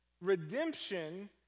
Redemption